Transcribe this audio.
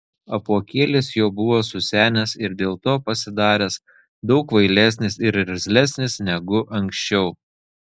apuokėlis jau buvo susenęs ir dėl to pasidaręs daug kvailesnis ir irzlesnis negu anksčiau